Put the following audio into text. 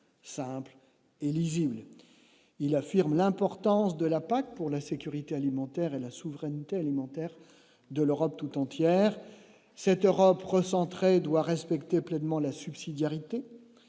simple et lisible, il affirme l'importance de la PAC pour la sécurité alimentaire et la souveraineté alimentaire de l'Europe toute entière cette Europe recentrée doit respecter pleinement la subsidiarité,